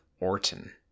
Orton